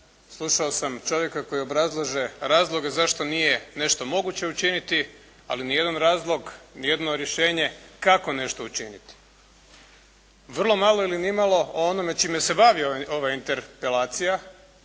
Slušao sam čovjeka koji obrazlaže razloge zašto nije nešto moguće učiniti, ali nijedan razlog, nijedno rješenje kako nešto učiniti. Vrlo malo ili nimalo o onome čime se bavi ova interpelacija,